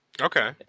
Okay